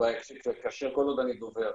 כל עוד אני דובר,